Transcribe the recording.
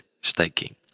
staking